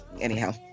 anyhow